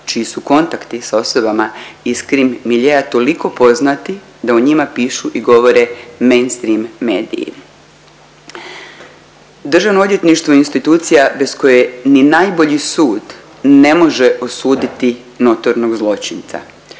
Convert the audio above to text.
čiji su kontakti s osobama iz krim miljea toliko poznati da o njima pišu i govore meinstream mediji. Državno odvjetništvo je institucija bez koje ni najbolji sud ne može osuditi notornog zločinca